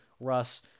Russ